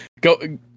Go